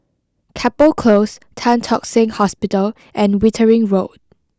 Chapel Close Tan Tock Seng Hospital and Wittering Road